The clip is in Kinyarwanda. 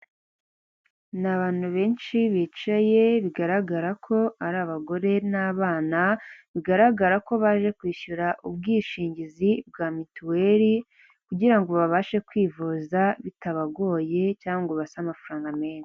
Ni abantu benshi bicaye bigaragara ko ari abagore n'abana, bigaragara ko baje kwishyura ubwishingizi bwa mituweli kugirango babashe kwivuza bitabagoye cyangwa ngo binasabe amafaranga menshi.